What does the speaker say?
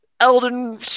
elden